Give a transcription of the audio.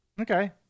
Okay